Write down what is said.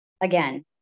again